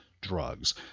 Drugs